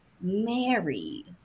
married